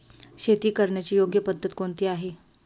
शेती करण्याची योग्य पद्धत कोणती आहे?